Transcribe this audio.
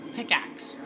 Pickaxe